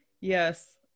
Yes